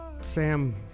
Sam